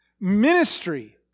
ministry